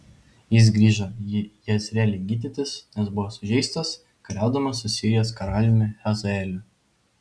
jis grįžo į jezreelį gydytis nes buvo sužeistas kariaudamas su sirijos karaliumi hazaeliu